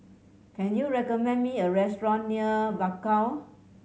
can you recommend me a restaurant near Bakau